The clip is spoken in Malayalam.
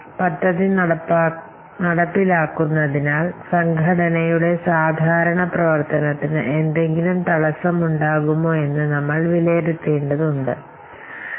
അതിനാൽ നിങ്ങൾ പുതിയ പ്രോജക്റ്റ് നടപ്പിലാക്കുകയാണെങ്കിൽ ഓർഗനൈസേഷന്റെ സാധാരണ പ്രവർത്തനത്തിന് എന്തെങ്കിലും തടസ്സമുണ്ടായാൽ എന്തെങ്കിലും തകരാറുണ്ടെങ്കിൽ എന്തുചെയ്യും